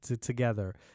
together